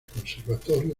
conservatorio